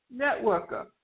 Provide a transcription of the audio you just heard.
Networker